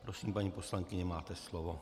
Prosím, paní poslankyně, máte slovo.